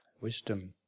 wisdom